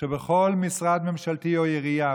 שבכל משרד ממשלתי או עירייה,